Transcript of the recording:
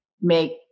make